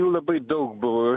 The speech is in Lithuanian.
labai daug buvo